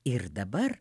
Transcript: ir dabar